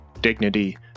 dignity